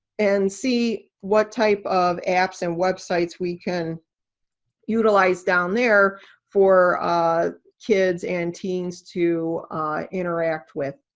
and see what type of apps and websites we can utilize down there for kids and teens to interact with.